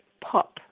pop